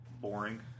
Boring